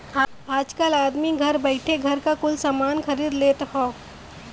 आजकल आदमी घर बइठे घरे क कुल सामान खरीद लेत हौ